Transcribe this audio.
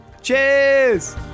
Cheers